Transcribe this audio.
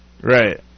right